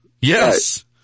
Yes